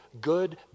Good